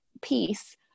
piece